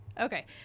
okay